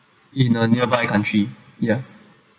in a nearby country ya